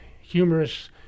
humorous